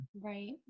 Right